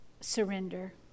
surrender